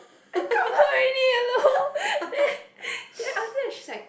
then come out already hello then then after that she's like